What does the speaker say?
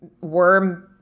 worm